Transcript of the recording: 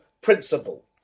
principle